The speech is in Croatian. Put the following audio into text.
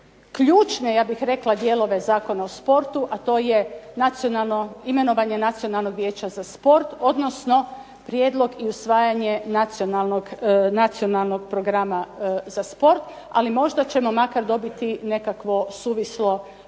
ključne, ja bih rekla, dijelove Zakona o športu, a to je imenovanje Nacionalnog vijeća za sport, odnosno prijedlog i usvajanje Nacionalnog programa za sport. Ali možda ćemo makar dobiti nekakvo suvislo objašnjenje